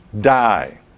die